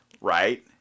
right